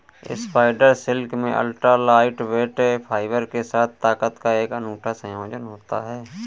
spider silk में ultra lightweight fibre के साथ ताकत का एक अनूठा संयोजन होता है